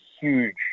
huge